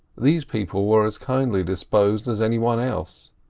these people were as kindly disposed as anyone else.